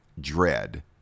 dread